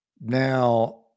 Now